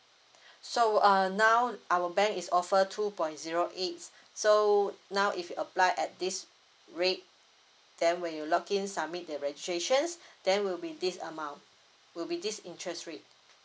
so uh now our bank is offer two point zero eight so now if you apply at this rate then when you login submit the registrations then will be this amount will be this interest rate